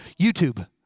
YouTube